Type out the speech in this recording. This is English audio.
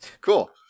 Cool